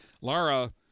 Lara